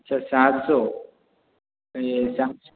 अच्छा सात सौ सौ